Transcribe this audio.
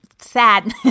sad